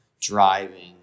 driving